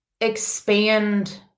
expand